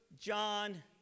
John